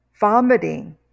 Vomiting